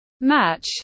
match